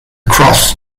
cross